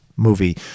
movie